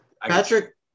Patrick